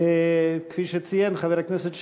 כפי שציין חבר הכנסת שי,